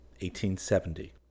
1870